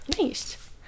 nice